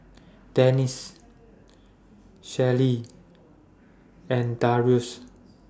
Dennis Shirlee and Darrius